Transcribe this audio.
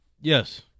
Yes